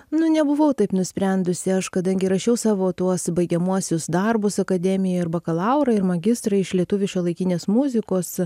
nu nebuvau taip nusprendusi aš kadangi rašiau savo tuos baigiamuosius darbus akademijoj ir bakalaurą ir magistrą iš lietuvių šiuolaikinės muzikos